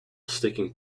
sticking